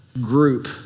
group